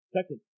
Second